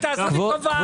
תעשו לי טובה.